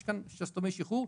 יש כאן שסתומי שחרור,